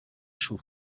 chaud